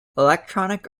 electronic